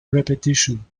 repetition